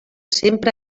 sempre